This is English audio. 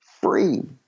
free